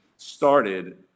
Started